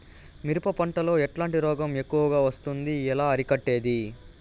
మిరప పంట లో ఎట్లాంటి రోగం ఎక్కువగా వస్తుంది? ఎలా అరికట్టేది?